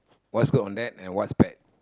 what's good on that and what's bad